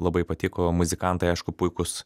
labai patiko muzikantai aišku puikūs